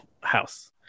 house